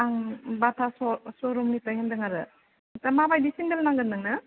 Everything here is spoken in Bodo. आं बाता श शरुमनिफ्राय होन दों आरो दा माबादि सेन्देल नांगोन नोंनो